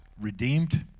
redeemed